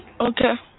okay